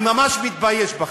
אני ממש מתבייש בכם.